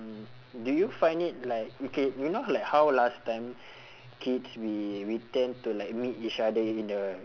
do you find it like okay you know like how last time kids we we tend to like meet each other in the